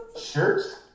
shirts